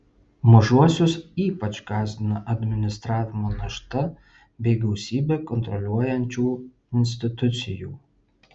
mažuosius ypač gąsdina administravimo našta bei gausybė kontroliuojančių institucijų